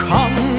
Come